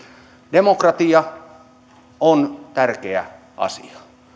demokratia on tärkeä asia